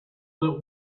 that